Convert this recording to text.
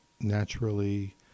naturally